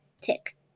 tick